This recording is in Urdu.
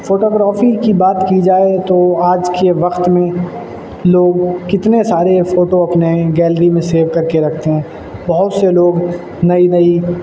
فوٹوگرافی کی بات کی جائے تو آج کے وقت میں لوگ کتنے سارے فوٹو اپنے گیلری میں سیو کر کے رکھتے ہیں بہت سے لوگ نئی نئی